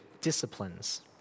disciplines